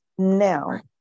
Now